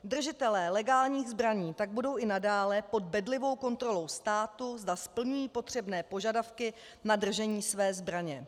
Držitelé legálních zbraní tak budou i nadále pod bedlivou kontrolou státu, zda splňují potřebné požadavky na držení své zbraně.